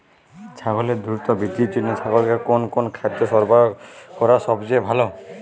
ছাগলের দ্রুত বৃদ্ধির জন্য ছাগলকে কোন কোন খাদ্য সরবরাহ করা সবচেয়ে ভালো?